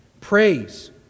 praise